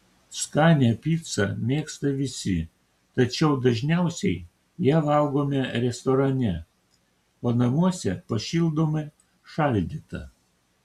skanią picą mėgsta visi tačiau dažniausiai ją valgome restorane o namuose pašildome šaldytą